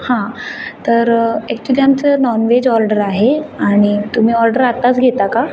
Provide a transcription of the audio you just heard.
हां तर ॲक्च्युली आमचं नॉन व्हेज ऑर्डर आहे आणि तुम्ही ऑर्डर आत्ताच घेता का